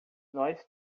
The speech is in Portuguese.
nós